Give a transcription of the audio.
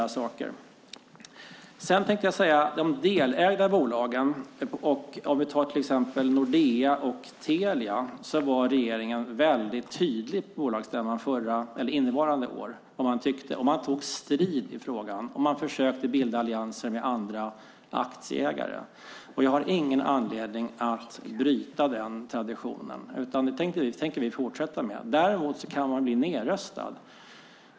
När det gäller två av de delägda bolagen, Nordea och Telia, var regeringen på bolagsstämmorna innevarande år mycket tydlig med vad man tyckte. Man tog strid i frågan och försökte bilda allianser med andra aktieägare. Jag har ingen anledning att bryta denna tradition utan tänker fortsätta så. Man kan dock bli nedröstad.